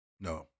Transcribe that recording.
No